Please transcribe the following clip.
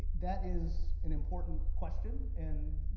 that is an important question, and